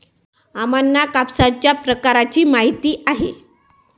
अम्मांना कापसाच्या प्रकारांची माहिती आहे